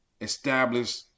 establish